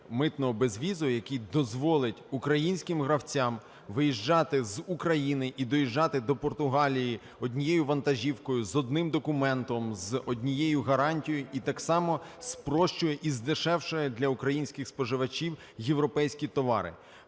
митного безвізу, який дозволить українським гравцям виїжджати з України і доїжджати до Португалії однією вантажівкою з одним документом, з однією гарантією і так само спрощує і здешевшує для українських споживачів європейські товари.